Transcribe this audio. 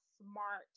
smart